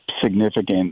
significant